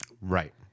Right